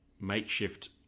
makeshift